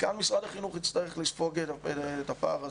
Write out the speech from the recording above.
וכאן משרד החינוך יצטרך לספוג את הפער הזה.